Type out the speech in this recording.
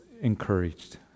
encouraged